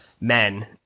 men